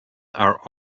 are